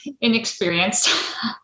inexperienced